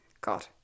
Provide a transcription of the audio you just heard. God